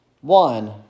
One